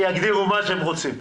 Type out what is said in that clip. שיגדירו מה שהם רוצים.